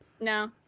No